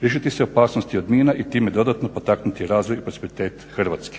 Riješiti se opasnosti od mina i time dodatno potaknuti razvoj i prosperitet Hrvatske.